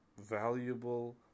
Valuable